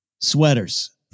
Sweaters